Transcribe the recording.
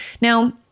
Now